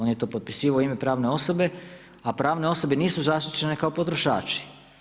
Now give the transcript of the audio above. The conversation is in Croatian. On je to potpisivao u ime pravne osobe, a pravne osobe nisu zaštićene kao potrošači.